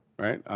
right.